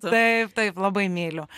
taip taip labai myliu